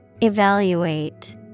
Evaluate